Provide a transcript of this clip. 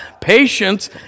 patience